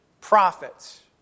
prophets